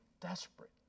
desperate